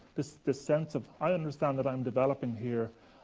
this this sense of, i understand that i am developing here,